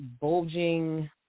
bulging